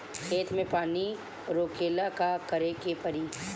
खेत मे पानी रोकेला का करे के परी?